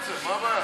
העבודה,